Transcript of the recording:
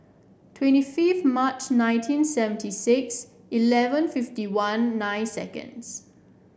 twenty fifth March nineteen seventy six eleven fifty one nine seconds